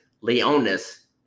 Leonis